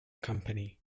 company